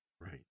Right